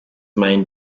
main